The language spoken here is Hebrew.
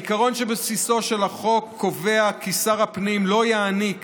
העיקרון שבבסיסו של החוק קובע כי שר הפנים לא יעניק